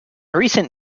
recent